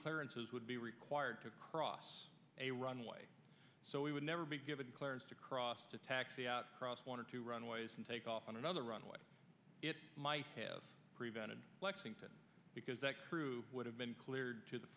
clearances would be required to cross a runway so we would never be given clearance to cross attacks across one or two runways and take off on another runway might have prevented lexington because the crew would have been cleared to the